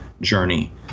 journey